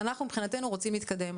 אנחנו מבחינתנו רוצים להתקדם.